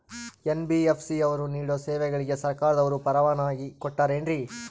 NBFC ಅವರು ನೇಡೋ ಸೇವೆಗಳಿಗೆ ಸರ್ಕಾರದವರು ಪರವಾನಗಿ ಕೊಟ್ಟಾರೇನ್ರಿ?